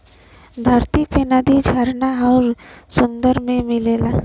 धरती पे नदी झरना आउर सुंदर में मिलला